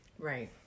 Right